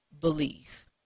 belief